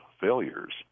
failures